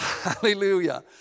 Hallelujah